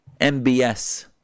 MBS